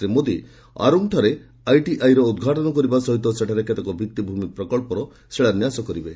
ଶ୍ରୀ ମୋଦି ଆରୋଙ୍ଗ୍ଠାରେ ଆଇଟିଆଇର ଉଦ୍ଘାଟନ କରିବା ସହିତ ସେଠାରେ କେତେକ ଭିଭିଭୂମି ପ୍ରକଳ୍ପର ଶିଳାନ୍ୟାସ କରିବେ